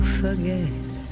forget